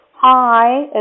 Hi